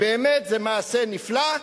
באמת, זה מעשה נפלא.